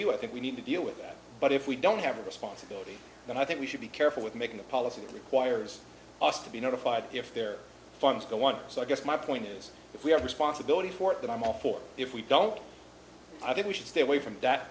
you i think we need to deal with that but if we don't have responsibility then i think we should be careful with making a policy that requires us to be notified if their funds go on so i guess my point is if we have responsibility for that i'm all for if we don't i think we should stay away from that